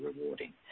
rewarding